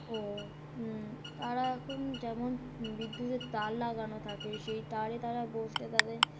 ও তারা এখন যেমন বিদ্যুতের তার লাগানো থাকে সেই তারে তারা বসলে তাদের